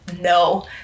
No